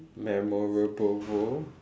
memorable world